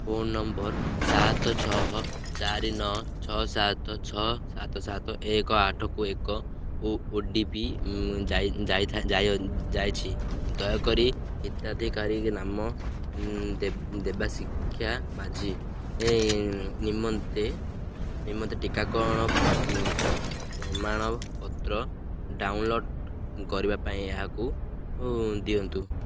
phone number ସାତ ଛଅ ଚାରି ନଅ ଛହ ସାତ ଛଅ ସାତ ସାତ ଏକ ଆଠକୁ ଏକ ଓ ଡ଼ି ପି ଯାଇଛି ଦୟାକରି ହିତାଧିକାରୀ ନାମ ଦେବାଶିକ୍ଷା ମାଝୀ ନିମନ୍ତେ ନିମନ୍ତେ ଟିକାକରଣର ପ୍ରମାଣପତ୍ର ଡ଼ାଉନଲୋଡ଼୍ କରିବା ପାଇଁ ଏହାକୁ ଦିଅନ୍ତୁ